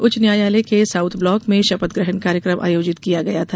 उच्च न्यायालय के साउथ ब्लॉक में शपथ ग्रहण कार्यक्रम आयोजित किया गया था